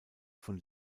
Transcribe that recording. von